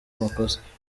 amakosa